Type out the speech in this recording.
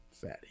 fatty